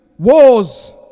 Wars